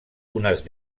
unes